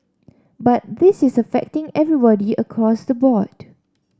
but this is affecting everybody across the board